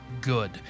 good